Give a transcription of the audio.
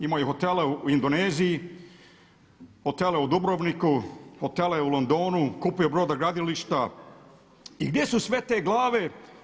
Imaju hotele u Indoneziji, hotele u Dubrovniku, hotele u Londonu, kupuju brodogradilišta i gdje su sve te glave.